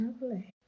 lovely